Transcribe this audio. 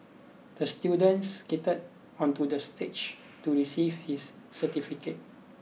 the student skated onto the stage to receive his certificate